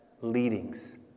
leadings